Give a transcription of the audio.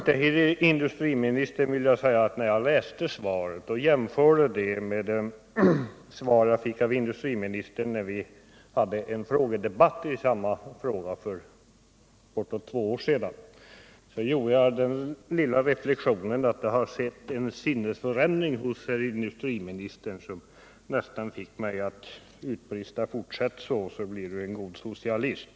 Till industriministern vill jag säga att när jag läste svaret och jämförde det med det svar jag fick av industriministern när vi hade en frågedebatt i samma ärende för bortåt två år sedan, så gjorde jag den lilla reflexionen att det har skett en sinnesförändring hos herr industriministern som nästan fick mig att utbrista: Fortsätt så, så blir ni en god socialist!